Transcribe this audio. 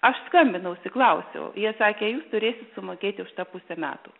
aš skambinausi klausiau jie sakė jūs turėsit sumokėti už tą pusę metų